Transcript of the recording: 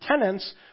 tenants